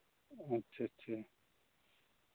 ᱟᱪᱪᱷᱟ ᱟᱪᱪᱷᱟ